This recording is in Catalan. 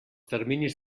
terminis